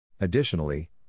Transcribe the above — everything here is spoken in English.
Additionally